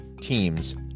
teams